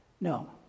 No